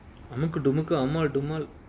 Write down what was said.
amukudumuku amaal dumaal